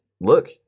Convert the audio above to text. Look